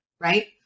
right